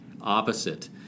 opposite